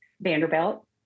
Vanderbilt